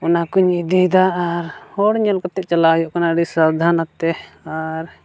ᱚᱱᱟ ᱠᱚᱧ ᱤᱫᱤᱭᱫᱟ ᱟᱨ ᱦᱚᱲ ᱧᱮᱞ ᱠᱟᱛᱮᱫ ᱪᱟᱞᱟᱜ ᱦᱩᱭᱩᱜ ᱠᱟᱱᱟ ᱟᱹᱰᱤ ᱥᱟᱵᱫᱷᱟᱱ ᱟᱛᱮᱫ ᱟᱨ